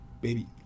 baby